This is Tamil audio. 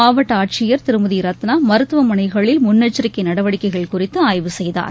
மாவட்ட ஆட்சியர் திருமதி ரத்னா மருத்துவமனைகளில் முன்னெச்சரிக்கை நடவடிக்கைகள் குறித்து ஆய்வு செய்தார்